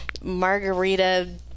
margarita